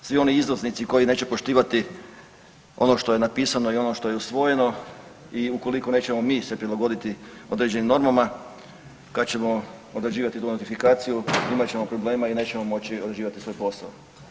Svi oni iznosnici koji neće poštivati ono što je napisano i ono što je usvojeno i ukoliko nećemo se mi prilagoditi određenim normama, kad ćemo se odrađivati tu notifikaciju, imat ćemo problema i nećemo moći odrađivati svoj posao.